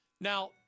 Now